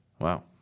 wow